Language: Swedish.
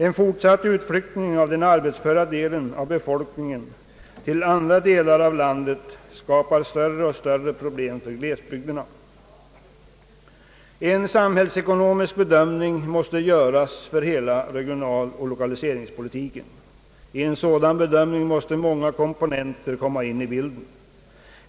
En fortsatt utflyttning av den arbetsföra delen av befolkningen till andra delar av landet skapar större och större problem för glesbygderna. En samhällsekonomisk bedömning måste göras för hela regionaloch lokaliseringspolitiken. Vid en sådan bedömning måste många komponenter komma in i bilden.